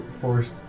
Forced